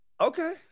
Okay